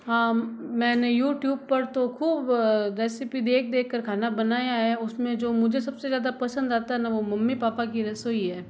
हां मैंने यूट्यूब पर तो खूब रैसिपी देख देख कर खाना बनाया है उसमें जो मुझे सबसे ज़्यादा पसंद आता है ना वो मम्मी पापा की रसोई है